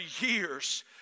years